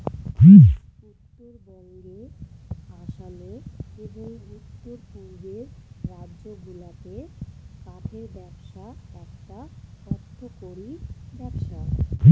উত্তরবঙ্গে আসামে এবং উত্তর পূর্বের রাজ্যগুলাতে কাঠের ব্যবসা একটা অর্থকরী ব্যবসা